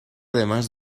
además